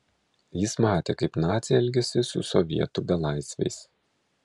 jis matė kaip naciai elgiasi su sovietų belaisviais